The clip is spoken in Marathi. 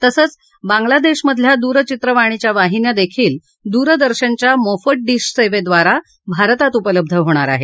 तसंच बांग्लादेशमधल्या दूरचित्रवाणीच्या वाहिन्या देखील दूरदर्शनच्या मोफत डिशसेवेद्वारा भारतात उपलब्ध होणार आहेत